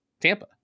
tampa